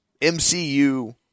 MCU